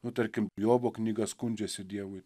nu tarkim jobo knyga skundžiasi dievui